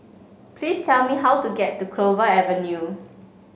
please tell me how to get to Clover Avenue